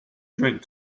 drink